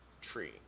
tree